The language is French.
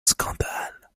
scandale